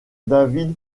david